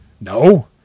No